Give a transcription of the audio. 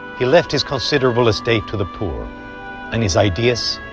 he left his considerable estate to the poor and his ideas.